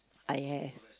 I have